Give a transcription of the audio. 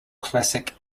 classic